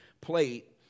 plate